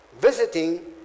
visiting